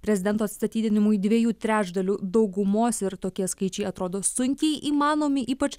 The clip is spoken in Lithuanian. prezidento atstatydinimui dviejų trečdalių daugumos ir tokie skaičiai atrodo sunkiai įmanomi ypač